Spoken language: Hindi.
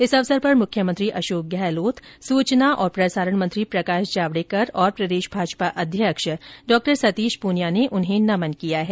इस अवसर पर मुख्यमंत्री अशोक गहलोत सूचना और प्रसारण मंत्री प्रकाश जावडेकर और प्रदेश भाजपा अध्यक्ष डॉ सतीश पूनिया ने उन्हें नमन किया है